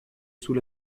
sous